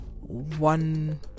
one